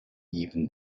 even